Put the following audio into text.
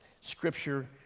Scripture